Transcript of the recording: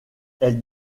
elle